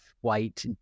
white